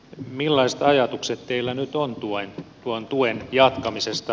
millaiset ajatukset teillä nyt on tuon tuen jatkamisesta